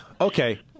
Okay